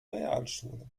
realschule